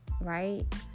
right